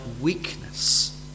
weakness